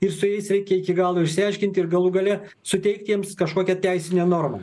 ir su jais reikia iki galo išsiaiškinti ir galų gale suteikti jiems kažkokią teisinę normą